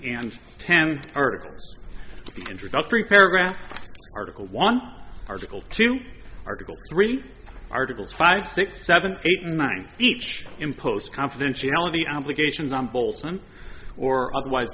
and ten articles introductory paragraph article one article two article three articles five six seven eight nine each impose confidentiality obligations on bolton or otherwise